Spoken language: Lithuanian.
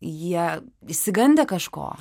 jie išsigandę kažko